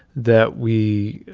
that we